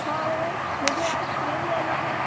हाँ मुझे ice cream लेना है